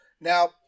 Now